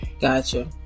gotcha